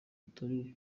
atari